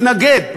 מתנגד.